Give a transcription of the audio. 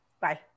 Bye